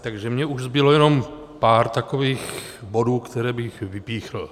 Takže mně už zbylo jenom pár takových bodů, které bych vypíchl.